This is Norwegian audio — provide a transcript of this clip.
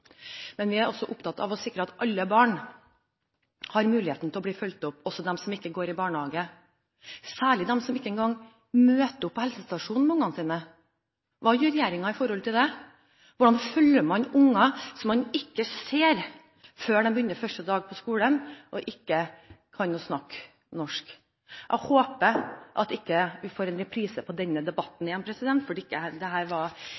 men vi er også opptatt av å sikre at alle barn har muligheten til å bli fulgt opp, også de som ikke går i barnehage. Hva gjør regjeringen særlig i forhold til dem som ikke engang møter opp på helsestasjonen med ungene sine? Hvordan følger man opp unger som man ikke ser før de begynner første dag på skolen og ikke kan snakke norsk? Jeg håper vi ikke får en reprise på denne debatten igjen, for dette var ikke veldig imponerende. Det